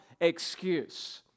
excuse